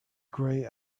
grey